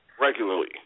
regularly